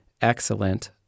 excellent